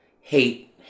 hate